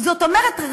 זאת אומרת,